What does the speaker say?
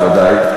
בוודאי,